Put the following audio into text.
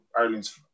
ireland's